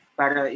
para